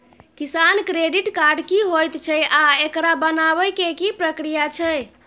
किसान credit card की होयत छै आ एकरा बनाबै के की प्रक्रिया छै?